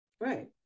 Right